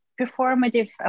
performative